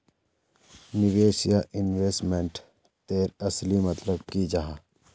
निवेश या इन्वेस्टमेंट तेर असली मतलब की जाहा?